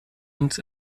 uns